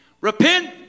Repent